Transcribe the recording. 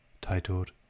titled